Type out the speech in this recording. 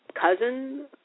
cousin